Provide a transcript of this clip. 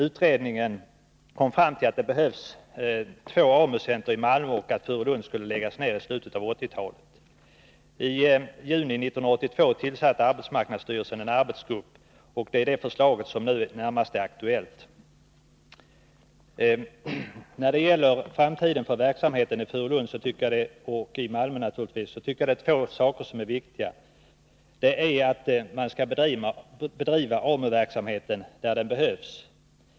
Utredningen kom fram till att det behövs två AMU-centrer i Malmö och att Furulund skulle läggas ner i slutet på 1980-talet. I juni 1982 tillsatte arbetsmarknadsstyrelsen en arbetsgrupp, och det är förslaget från den som närmast är aktuellt. När det gäller den framtida verksamheten i Furulund och naturligtvis också i Malmö är två faktorer enligt min mening viktiga. AMU-verksamheten skall först och främst bedrivas där den behövs.